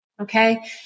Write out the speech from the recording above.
okay